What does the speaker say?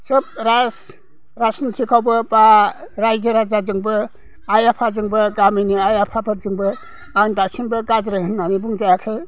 सोब राजनिटिआवबो बा राइजो राजाजोंबो आइ आफाजोंबो गामिनि आइ आफाफोरजोंबो आं दासिमबो गाज्रि होननानै बुंजायाखै